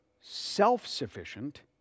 self-sufficient